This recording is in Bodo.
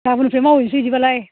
गाबोननिफ्राय मावहैनोसै बिदिबालाय